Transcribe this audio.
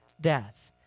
death